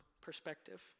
perspective